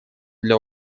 для